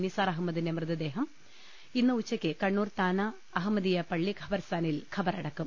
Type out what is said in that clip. നിസാർ അഹമ്മദിന്റെ മൃത ദേഹം ഇന്ന് ഉച്ചയ്ക്ക് കണ്ണൂർ താണ അഹമ്മദീയ പളളി ഖബർസ്ഥാ നിൽ ഖബറടക്കും